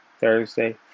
Thursday